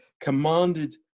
commanded